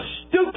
stupid